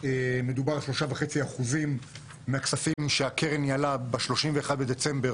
מדובר על 3.5% מהכספים שהקרן ניהלה ב-31 בדצמבר